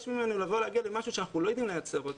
מאתנו להגיע למשהו שאנחנו לא יודעים לייצר אותו,